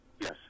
Yes